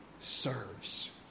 serves